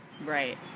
Right